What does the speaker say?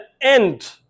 end